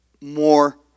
more